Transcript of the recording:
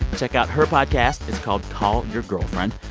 check out her podcast. it's called call your girlfriend.